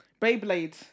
Beyblade